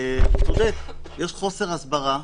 הוא צודק, יש חוסר הסברה,